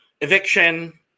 Eviction